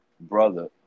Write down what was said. brother